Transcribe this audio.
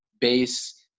base